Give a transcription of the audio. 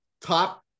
top